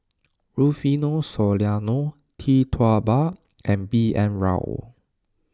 Rufino Soliano Tee Tua Ba and B N Rao